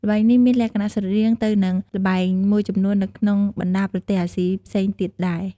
ល្បែងនេះមានលក្ខណៈស្រដៀងទៅនឹងល្បែងមួយចំនួននៅក្នុងបណ្ដាប្រទេសអាស៊ីផ្សេងទៀតដែរ។